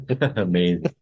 Amazing